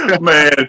Man